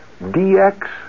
DX